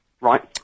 Right